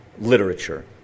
literature